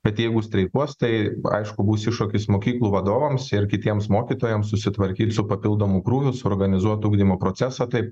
bet jeigu streikuos tai aišku bus iššūkis mokyklų vadovams ir kitiems mokytojams susitvarkyti su papildomu krūviu suorganizuot ugdymo procesą taip